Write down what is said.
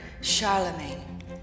Charlemagne